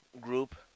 group